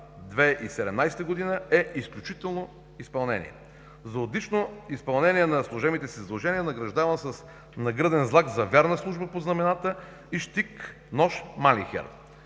2017 г. е „изключително изпълнение“. За отлично изпълнение на служебните си задължения е награждаван с Награден знак „За вярна служба под знамената“ и „Щик-нож „Манлихер“.